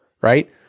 Right